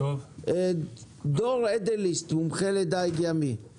דור אדליסט, מומחה לדיג ימי,